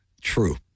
True